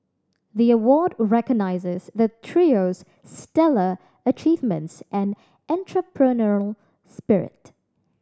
the award recognises the trio's stellar achievements and entrepreneurial spirit